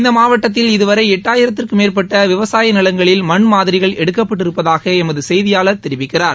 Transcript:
இந்த மாவட்டத்தில் இதுவரை எட்டாயிரத்திற்கும் மேற்பட்ட விவசாய நிலங்களில் மண் மாதிரிகள் எடுக்கப்பட்டிருப்பதாக எமது செய்தியாளர் தெரிவிக்கிறார்